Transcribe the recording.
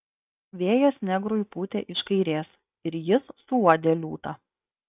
vėjas negrui pūtė iš kairės ir jis suuodė liūtą